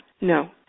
No